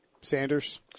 Sanders